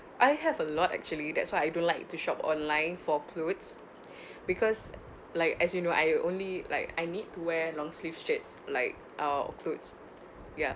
I have a lot actually that's why I don't like to shop online for clothes because like as you know I only like I need to wear long-sleeved shirts like our clothes ya